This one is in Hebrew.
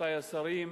רבותי השרים,